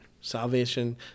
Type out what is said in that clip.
Salvation